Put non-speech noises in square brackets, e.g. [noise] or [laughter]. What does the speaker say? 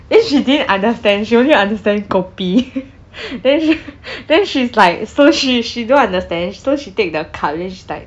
then she didn't understand she only understand kopi [noise] then then she's like so she she don't understand so she take the cup then she's like